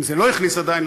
אם זה לא הכניס עדיין,